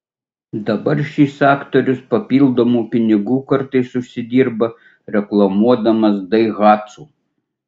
dabar šis aktorius papildomų pinigų kartais užsidirba reklamuodamas daihatsu